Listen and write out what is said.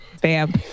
bam